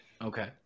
Okay